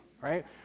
right